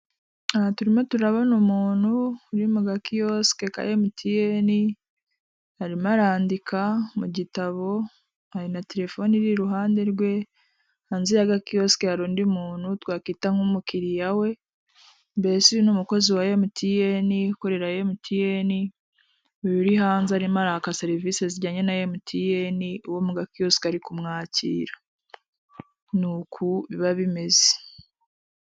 Aha turimo turabona umuntu uri mu gakiyosike ka Emutiyeni arimo arandika mu gitabo, hari na telefone iri iruhande rwe, hanze ya gakiyosike hari undi muntu twakwita nk'umukiriya we, mbese uyu ni umukozi wa Emutiyeni, ukorera Emutiyeni, uyu uri hanze arimo araka serivisi zijyanye na Emutiyeni, uwo mu gakiyosike ari kumwakira, ni uku biba bimeze.